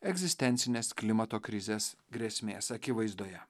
egzistencinės klimato krizės grėsmės akivaizdoje